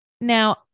now